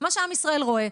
מה שעם ישראל רואה,